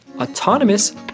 autonomous